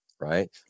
right